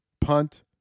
punt